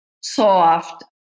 soft